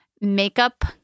makeup